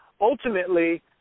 ultimately